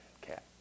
Cat